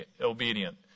obedient